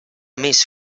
més